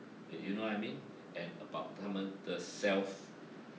you know what I mean and about 他们 the self